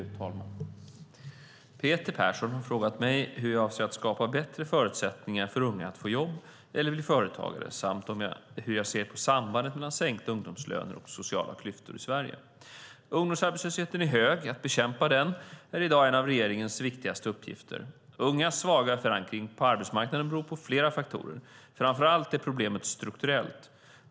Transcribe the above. Fru talman! Peter Persson har frågat mig hur jag avser att skapa bättre förutsättningar för unga att få jobb eller bli företagare samt hur jag ser på sambandet mellan sänkta ungdomslöner och sociala klyftor i Sverige. Ungdomsarbetslösheten är hög. Att bekämpa den är i dag en av regeringens viktigaste uppgifter. Ungas svaga förankring på arbetsmarknaden beror på flera faktorer. Framför allt är problemet strukturellt.